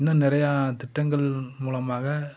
இன்னும் நிறையா திட்டங்கள் மூலமாக